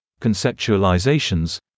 conceptualizations